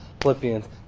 Philippians